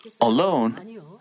alone